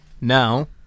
Now